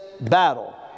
battle